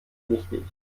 nichtig